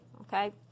okay